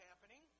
happening